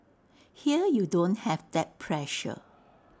here you don't have that pressure